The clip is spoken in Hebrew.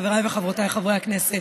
חבריי וחברותיי חברי הכנסת,